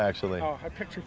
actually i picture